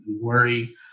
worry